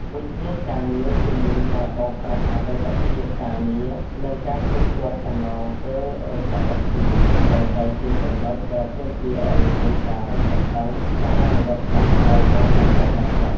វិវាទការងារជុំវិញការបង់ប្រាក់អតីតភាពការងារ និងការទូទាត់សំណងពេលរោងចក្របិទទ្វារ នៅតែជាចំណុចដែលទាមទារឱ្យមានការរឹតបន្តឹងការអនុវត្តច្បាប់ឱ្យបានហ្មត់ចត់បំផុត។